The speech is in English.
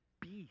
beast